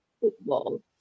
football